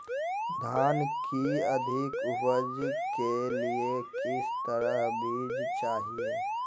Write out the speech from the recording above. धान की अधिक उपज के लिए किस तरह बीज चाहिए?